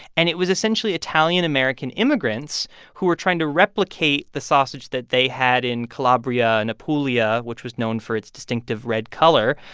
and it was essentially italian american immigrants who were trying to replicate the sausage that they had in calabria and apulia, which was known for its distinctive red color,